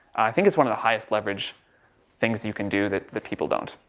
think it's one of the highest leverage things that you can do that, that people don't.